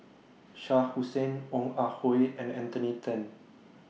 Shah Hussain Ong Ah Hoi and Anthony Then